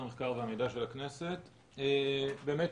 באמת,